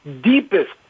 deepest